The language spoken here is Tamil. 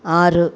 ஆறு